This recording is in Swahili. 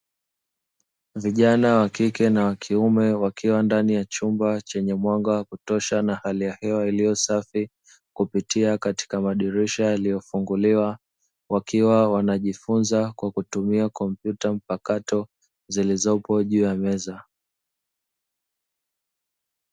Vijana wa kike na wa kiume wakiwa ndani ya chumba chenye mwanga wa kutosha na hali ya hewa iliyo safi kupitia madirisha yaliyofunguliwa, wakiwa wanajifunza kwa kutumia kompyuta mpakato zilizopo juu ya meza.